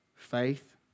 faith